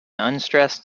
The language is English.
unstressed